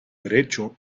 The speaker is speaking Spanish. derecho